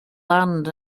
land